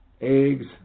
eggs